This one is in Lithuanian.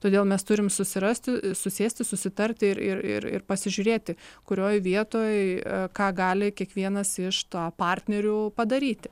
todėl mes turim susirasti susėsti susitarti ir ir ir pasižiūrėti kurioj vietoj ką gali kiekvienas iš to partnerių padaryti